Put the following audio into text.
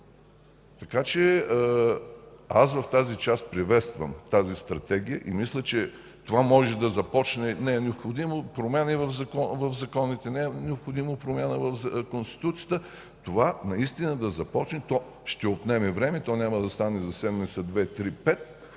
начин. В тази част приветствам Стратегията и мисля, че това може да започне. Не е необходима промяна в законите, не е необходима промяна в Конституцията това наистина да започне. То ще отнеме време. Няма да стане за